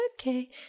okay